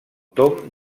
tomb